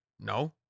no